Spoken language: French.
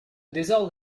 désordre